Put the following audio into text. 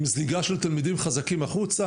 עם זליגה של תלמידים חזקים החוצה.